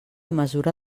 mesura